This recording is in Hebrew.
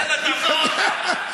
יאללה, תחזור עוד פעם.